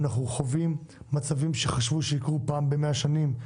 אנחנו חווים פעם בשנה-שנתיים מצבים שחשבו שיקרו פעם במאה שנים.